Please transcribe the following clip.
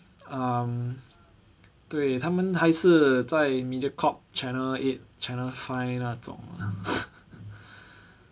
um 对他们还是在 Mediacorp channel eight channel five 那种 ah